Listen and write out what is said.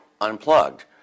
unplugged